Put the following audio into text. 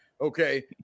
okay